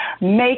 make